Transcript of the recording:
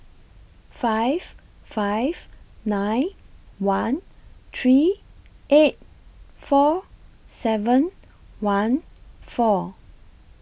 five five nine one three eight four seven one four